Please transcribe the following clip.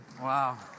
Wow